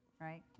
Right